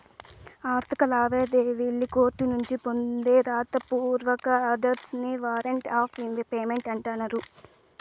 ఆర్థిక లావాదేవీల్లి కోర్టునుంచి పొందే రాత పూర్వక ఆర్డర్స్ నే వారంట్ ఆఫ్ పేమెంట్ అంటన్నారు